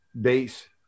base